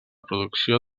producció